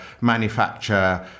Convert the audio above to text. manufacture